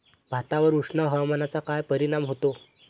भातावर उष्ण हवामानाचा काय परिणाम होतो?